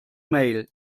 mail